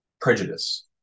prejudice